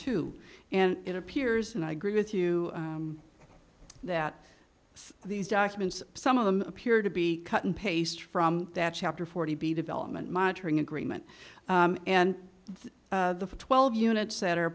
two and it appears and i agree with you that these documents some of them appear to be cut and paste from that chapter forty development monitoring agreement and the twelve units that are